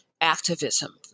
activism